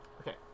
Okay